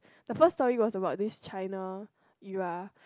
the first story was about this China era